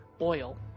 oil